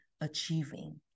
achieving